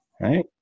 right